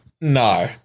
no